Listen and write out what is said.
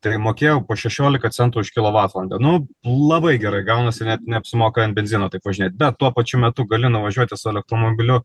tai mokėjau po šešiolika centų už kilovatvalandę nu labai gerai gaunasi net neapsimoka ant benzino taip važinėt bet tuo pačiu metu gali nuvažiuoti su elektromobiliu